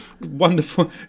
Wonderful